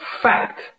Fact